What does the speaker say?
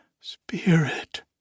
Spirit